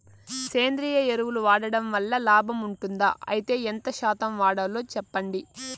సేంద్రియ ఎరువులు వాడడం వల్ల లాభం ఉంటుందా? అయితే ఎంత శాతం వాడాలో చెప్పండి?